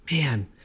man